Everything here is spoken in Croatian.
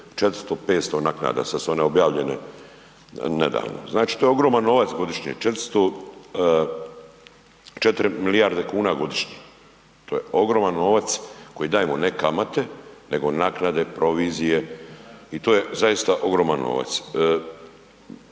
400, 500 naknada. Sad su one objavljene nedavno. Znači to je ogroman novac godišnje, 400, 4 milijarde kuna godišnje. To je ogroman novac, koji dajemo ne kamate, nego naknade, provizije i to je zaista ogroman novac.